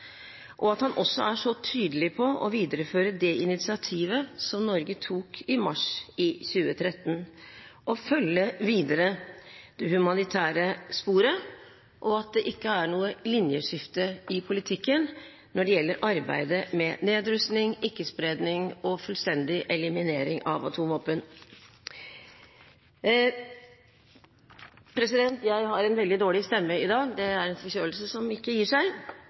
og at han også er så tydelig på å videreføre det initiativet som Norge tok i mars 2013 og følge videre det humanitære sporet, og at det ikke er noe linjeskifte i politikken når det gjelder arbeidet med nedrustning, ikke-spredning og fullstendig eliminering av atomvåpen. Jeg har en veldig dårlig stemme i dag – det er en forkjølelse som ikke gir seg